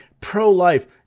pro-life